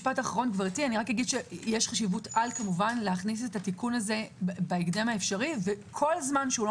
יש חשיבות על להכניס את התיקון הזה בהקדם האפשרי וכל זמן שהוא לא